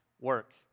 work